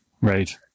Right